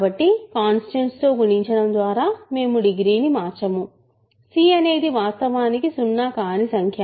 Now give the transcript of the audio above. కాబట్టి కాన్స్టెంట్ తో గుణించడం ద్వారా మేము డిగ్రీని మార్చము c అనేది వాస్తవానికి సున్నా కాని సంఖ్య